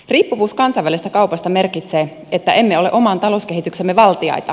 riippuvuus kansainvälisestä kaupasta merkitsee että emme ole oman talouskehityksemme valtiaita